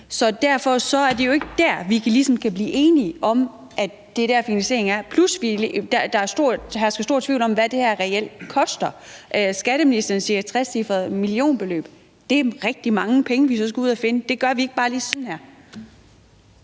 så derfor er det jo ikke der, vi ligesom kan blive enige om at finansieringen skal ligge. Derudover hersker der stor tvivl om, hvad det her reelt koster. Skatteministeren siger et trecifret millionbeløb, og det vil så være rigtig mange penge, vi skal ud at finde, og det gør vi ikke bare lige med et